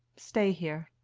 stay here.